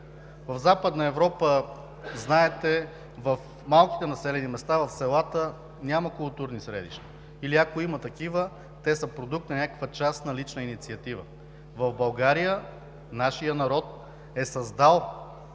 В Западна Европа, знаете, в малките населени места, в селата няма културни средища или ако има такива, те са продукт на някаква частна лична инициатива. В България нашият народ е създал